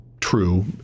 true